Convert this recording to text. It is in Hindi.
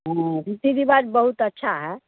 हाँ रीति रिवाज बहुत अच्छा है